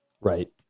Right